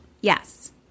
Yes